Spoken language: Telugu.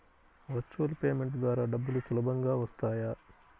వర్చువల్ పేమెంట్ ద్వారా డబ్బులు సులభంగా వస్తాయా?